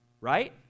right